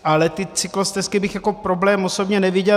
Ale ty cyklostezky bych jako problém osobně neviděl.